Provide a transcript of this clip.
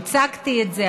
כשהצגתי את זה,